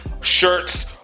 shirts